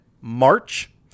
March